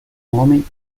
homem